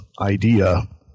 idea